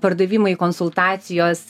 pardavimai konsultacijos